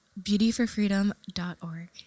Beautyforfreedom.org